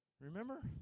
Remember